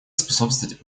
способствовать